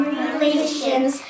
relations